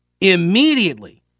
immediately